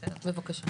בקשה.